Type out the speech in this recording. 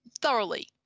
thoroughly